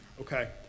Okay